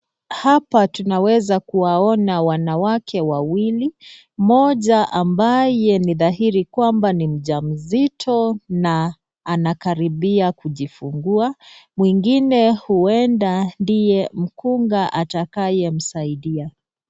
Hapa tunaweza kuwaona wanawake wawili, mmoja ambaye ni dhahiri kwamba ni mjamzito na anakaribia kujifungua, mwingine huenda ndiye mkunga atakayemsaidia.